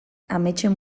ametsen